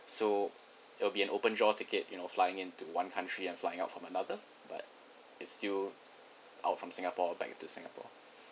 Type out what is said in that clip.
so it'll be an open draw ticket you know flying into one country and flying out from another but it's still out from singapore back into singapore